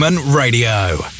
Radio